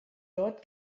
dort